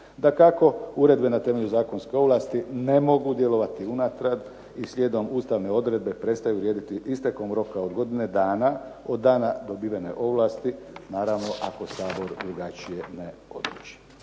Dakako, uredbe na temelju zakonske ovlasti ne mogu djelovati unatrag i slijedom ustavne odredbe prestaju vrijediti istekom roka od godine dana od dana dobivene ovlasti, naravno ako Sabor drugačije ne odluči.